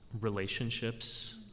relationships